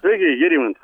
sveiki gerimantas